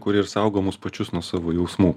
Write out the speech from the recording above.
kuri ir saugo mus pačius nuo savo jausmų